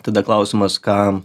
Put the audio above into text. tada klausimas kam